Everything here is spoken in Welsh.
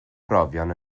brofion